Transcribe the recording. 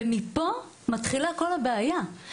ומפה מתחילה כל הבעיה,